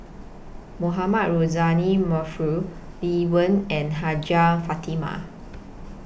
Mohamed Rozani Maarof Lee Wen and Hajjah Fatimah